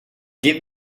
give